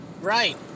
Right